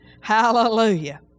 hallelujah